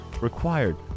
required